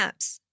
apps